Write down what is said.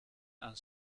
and